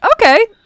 Okay